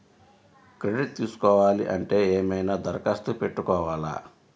Credit తీసుకోవాలి అంటే ఏమైనా దరఖాస్తు పెట్టుకోవాలా?